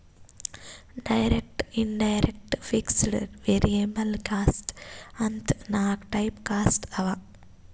direct, indirect, fixed, variable cost ಅಂತ್ ನಾಕ್ type cost ಅವಾ